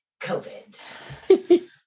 COVID